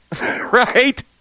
right